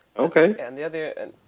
Okay